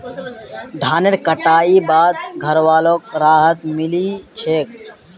धानेर कटाई बाद घरवालोक राहत मिली छे